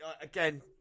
Again